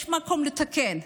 יש מקום לתקן,